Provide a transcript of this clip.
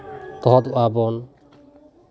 ᱛᱚᱦᱚᱫᱚᱜᱼᱟ ᱵᱚᱱ